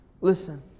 Listen